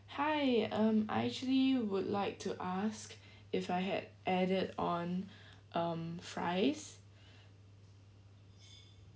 hi um I actually would like to ask if I had added on um fries